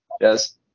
Yes